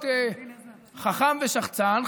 להיות חכם ושחצן,